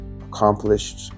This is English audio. accomplished